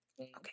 Okay